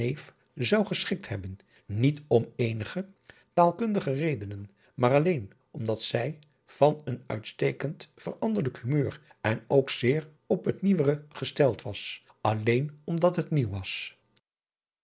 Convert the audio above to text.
zou geschikt hebben niet om eenige taalkundige redenen maar alleen omdat zij van een uitstekend veranderlijk humeur en ook zeer op het nieuwere gesteld was alleen om dat het nieuw was